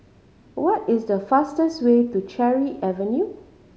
what is the fastest way to Cherry Avenue